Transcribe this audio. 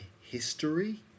history